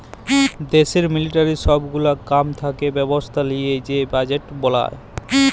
দ্যাশের মিলিটারির সব গুলা কাম থাকা ব্যবস্থা লিয়ে যে বাজেট বলায়